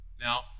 Now